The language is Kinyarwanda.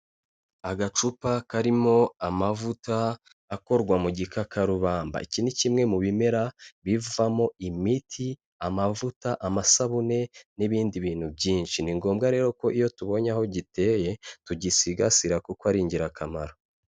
Agacupa karimo amavuta akorwa mu gikakarubamba. Iki ni kimwe mu bimera bivamo imiti, amavuta, amasabune, n'ibindi bintu byinshi. Ni ngombwa rero ko iyo tubonye aho giteye, tugisigasira kuko ari ingira kamaro.